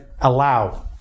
allow